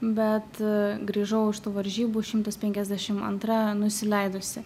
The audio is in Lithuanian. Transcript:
bet grįžau iš tų varžybų šimtas penkiasdešim antra nusileidusi